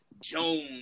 Jones